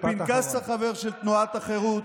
בפנקס החבר של תנועת החרות,